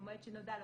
במועד שנודע לו.